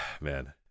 man